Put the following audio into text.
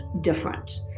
different